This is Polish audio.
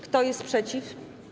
Kto jest przeciw?